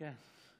כן.